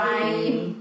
Bye